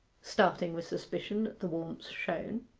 starting with suspicion at the warmth shown.